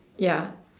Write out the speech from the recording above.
ya